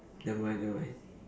nevermind nevermind